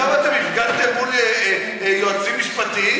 כמה אתם הפגנתם מול יועצים משפטיים?